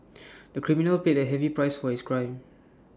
the criminal paid A heavy price for his crime